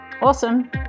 Awesome